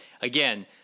again